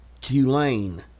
Tulane